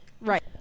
Right